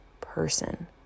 person